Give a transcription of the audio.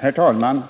Herr talman!